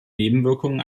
nebenwirkungen